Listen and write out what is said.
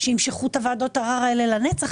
שימשכו את ועדות הערר האלו לנצח,